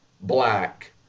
Black